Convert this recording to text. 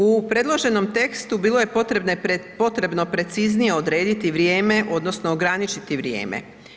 U predloženom tekstu bilo je potrebno preciznije odrediti vrijeme, odnosno ograničiti vrijeme.